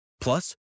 Plus